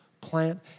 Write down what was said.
Plant